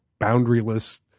boundaryless